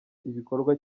ibikorwa